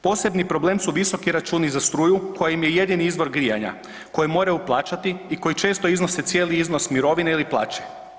Posebni problem su visoki računi za struju koja im je jedini izvor grijanja koji moraju plaćati i koji često iznose cijeli iznos mirovine ili plaće.